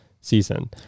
season